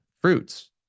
fruits